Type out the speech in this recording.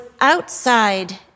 outside